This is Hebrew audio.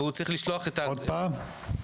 עוד פעם.